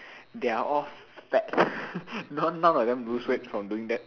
they are all fat none none of them lose weight from doing that